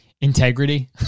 integrity